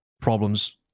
problems